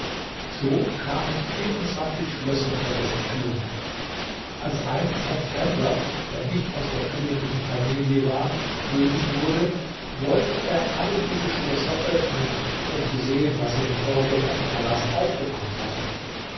so kamen vierundzwanzig schlösser vor dessen tür als einst ein fremder der nicht aus der königlichen familie war könig wurde wollte er alle diese schlösser öffnen um zu sehen was seine vorgänger im palast aufbewahrt hatten